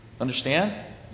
Understand